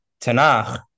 Tanakh